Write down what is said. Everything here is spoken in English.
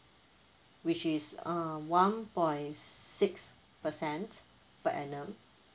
which is uh one point six percent per annum